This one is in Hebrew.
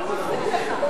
מפריע לך.